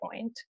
point